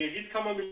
כמה